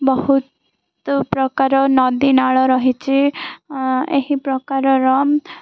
ବହୁତ ପ୍ରକାର ନଦୀ ନାଳ ରହିଛି ଏହି ପ୍ରକାରର